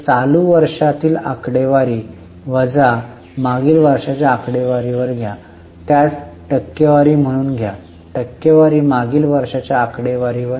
तर चालू वर्षातील आकडेवारी वजा मागील वर्षाच्या आकडेवारीवर घ्या आणि त्यास टक्केवारी म्हणून घ्या टक्केवारी मागील वर्षाच्या आकडेवारीवर